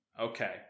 Okay